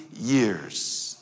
years